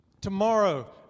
Tomorrow